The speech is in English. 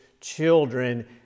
children